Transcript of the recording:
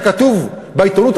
שכתוב בעיתונות,